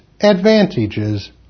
advantages